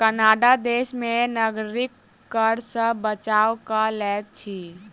Canada देश में नागरिक कर सॅ बचाव कय लैत अछि